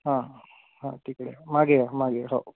हं हं तिकडे या मागे या मागे हो